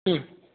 हं